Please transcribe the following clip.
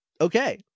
Okay